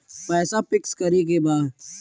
पैसा पिक्स करके बा?